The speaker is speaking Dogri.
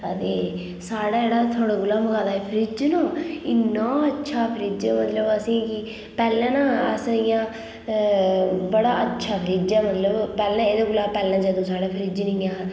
ते साढ़ै जेह्ड़ा थुआढ़े कोला मंगवाए दा फ्रिज न इन्ना अच्छा फ्रिज ऐ मतलब असेंगी पैह्लें ना अस इयां बड़ा अच्छा फ्रिज ऐ मतलब पैह्लें एह्दे कोला पैह्ले जदूं साढ़ै फ्रिज नि ऐ हा